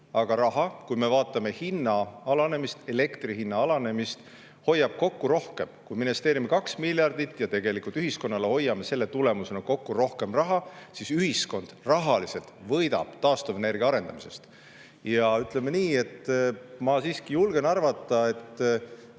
aga raha, kui me peame silmas elektri hinna alanemist, hoiab kokku rohkem. Kui me investeerime 2 miljardit, aga tegelikult ühiskonnale hoiame selle tulemusena kokku rohkem raha, siis ühiskond rahaliselt võidab taastuvenergia arendamisest. Ja ütleme nii, ma siiski julgen arvata, et